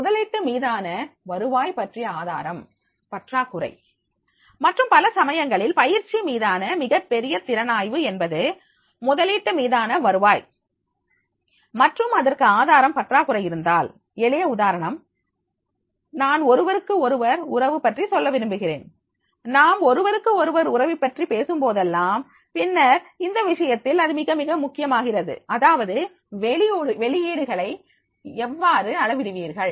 முதலீட்டு மீதான வருவாய் பற்றி ஆதாரம் பற்றாக்குறை மற்றும் பல சமயங்களில் பயிற்சி மீதான மிகப்பெரிய திறனாய்வு என்பது முதலீட்டு மீதான வருவாய் மற்றும் அதற்கு ஆதாரம் பற்றாக்குறை இருந்தால் எளிய உதாரணம் நான் ஒருவருக்கொருவர் உறவு பற்றி சொல்ல விரும்புகிறேன் நாம் ஒருவருக்கொருவர் உறவு பற்றி பேசும்போதெல்லாம் பின்னர் இந்த விஷயத்தில் அது மிக மிக முக்கியமாகிறது அதாவது வெளியீடுகளை எவ்வாறு அள விடுவீர்கள்